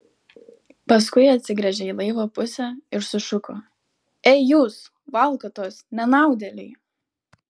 paskui atsigręžė į laivo pusę ir sušuko ei jūs valkatos nenaudėliai